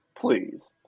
Please